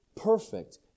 perfect